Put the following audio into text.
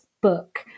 book